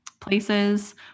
places